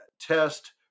Test